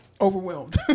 Overwhelmed